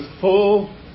full